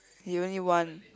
you only eat one